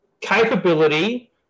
capability